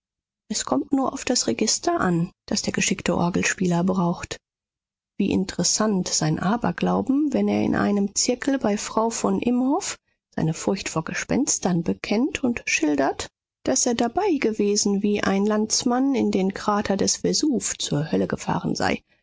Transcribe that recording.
es kommt nur auf das register an das der geschickte orgelspieler braucht wie interessant sein aberglauben wenn er in einem zirkel bei frau von imhoff seine furcht vor gespenstern bekennt und schildert daß er dabei gewesen wie ein landsmann in den krater des vesuv zur hölle gefahren sei